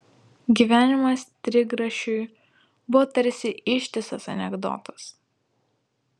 gyvenimas trigrašiui buvo tarsi ištisas anekdotas